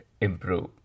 improve